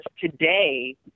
today